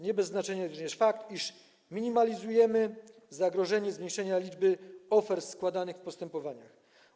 Nie bez znaczenia jest również fakt, iż minimalizujemy zagrożenie dotyczące zmniejszenia się liczby ofert składanych w postępowaniach.